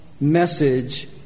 message